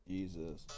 Jesus